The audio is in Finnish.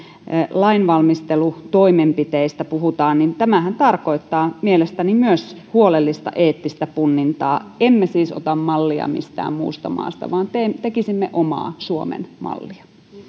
lainvalmistelutoimenpiteistä puhutaan niin tämähän tarkoittaa mielestäni myös huolellista eettistä punnintaa emme siis ota mallia mistään muusta maasta vaan tekisimme omaa suomen mallia